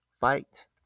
fight